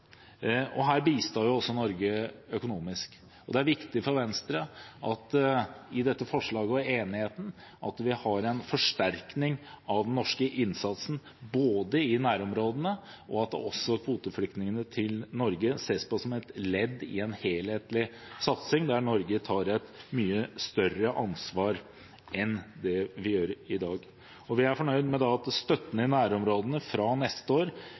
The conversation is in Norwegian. og her bistår jo også Norge økonomisk. Det er viktig for Venstre at vi i forbindelse med dette forslaget og denne enigheten har en forsterkning av den norske innsatsen i nærområdene, og at også kvoteflyktningene til Norge ses på som et ledd i en helhetlig satsing, der Norge tar et mye større ansvar enn det vi gjør i dag. Vi er fornøyd med at støtten i nærområdene fra neste år